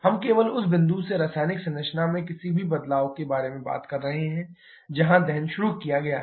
हम केवल उस बिंदु से रासायनिक संरचना में किसी भी बदलाव के बारे में बात कर रहे हैं जहां दहन शुरू किया गया है